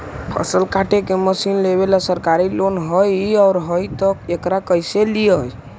फसल काटे के मशीन लेबेला सरकारी लोन हई और हई त एकरा कैसे लियै?